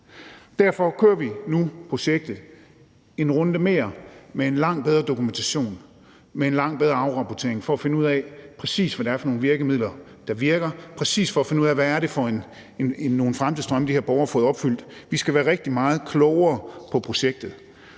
Derfor kører vi nu projektet i en runde mere med en langt bedre dokumentation, med en langt bedre afrapportering, for at finde ud af, præcis hvad det er for nogle virkemidler, der virker; for at finde ud af, præcis hvad det er for nogle fremtidsdrømme, de her borgere har fået opfyldt. Vi skal være rigtig meget klogere på projektet